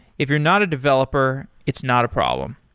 if you're not a developer, it's not a problem.